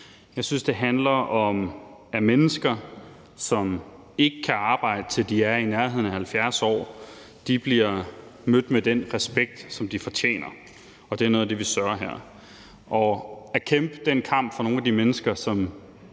Jeg synes, det handler om, at mennesker, som ikke kan arbejde, til de er i nærheden af 70 år, bliver mødt med den respekt, som de fortjener. Det er noget af det, vi søger her. At kæmpe den kamp for nogle af de mennesker, som